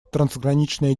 трансграничная